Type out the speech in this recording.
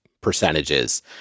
percentages